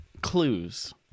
clues